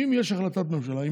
אם יש החלטת ממשלה.